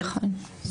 נכון.